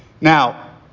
Now